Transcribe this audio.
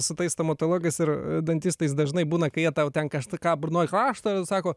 su tais stomatologais ir dantistais dažnai būna kai jie tau tenka kažką burnoj krapšto ir sako